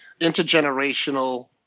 intergenerational